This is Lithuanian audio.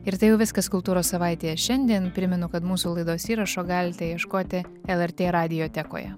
ir tai jau viskas kultūros savaitėje šiandien primenu kad mūsų laidos įrašo galite ieškoti lrt radijotekoje